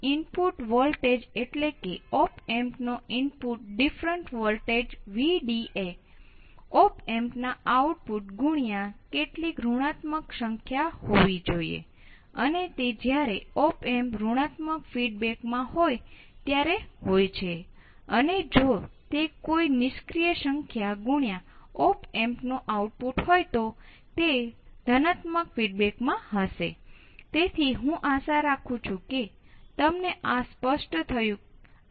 5 volt ની અંદર હોય ત્યાં સુધી તેને અનુસરશે અને તે ત્યાં સંતૃપ્ત થશે અને તે જ રીતે તે નીચે આવશે અને તે ત્યાં સંતૃપ્ત થશે અને આ રીતે આગળ થશે